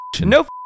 No